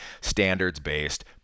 standards-based